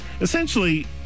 Essentially